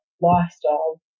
lifestyle